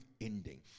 ending